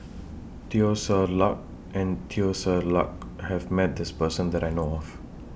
Teo Ser Luck and Teo Ser Luck has Met This Person that I know of